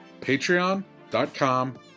patreon.com